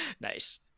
nice